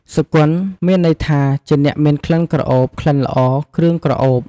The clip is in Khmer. សុគន្ធ មានន័យថា ជាអ្នកមានក្លិនក្រអូប ក្លិនល្អ គ្រឿងក្រអូប។